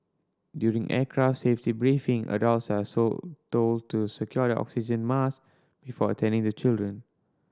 during aircraft safety briefing adults are sold told to secure their oxygen mask before attending to children